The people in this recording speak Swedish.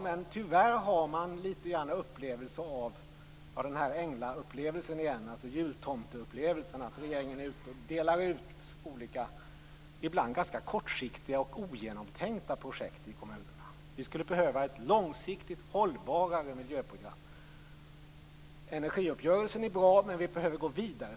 Men tyvärr har man litet grand av änglaupplevelsen eller jultomteupplevelsen igen, att regeringen delar ut olika ibland ganska kortsiktiga och ogenomtänkta projekt i kommunerna. Vi skulle behöva ett långsiktigt hållbarare miljöprogram. Energiuppgörelsen är bra, men vi behöver gå vidare.